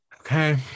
Okay